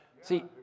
See